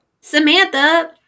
Samantha